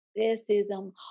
racism